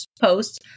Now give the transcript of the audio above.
posts